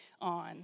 on